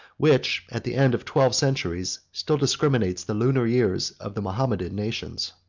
which, at the end of twelve centuries, still discriminates the lunar years of the mahometan nations.